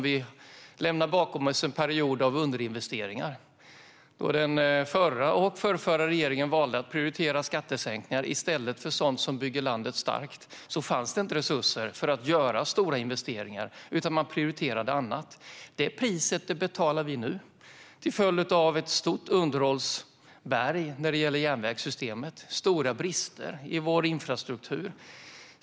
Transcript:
Vi lämnar bakom oss en period av underinvesteringar. Eftersom den förra och förrförra regeringen valde att prioritera skattesänkningar i stället för sådant som bygger landet starkt fanns det inte resurser för att göra stora investeringar, utan man prioriterade annat. Det priset betalar vi nu till följd av ett stort underhållsberg när det gäller järnvägssystemet och stora brister i vår infrastruktur.